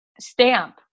stamp